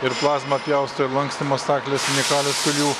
ir plazma pjausto ir lankstymo staklės unikalios kurių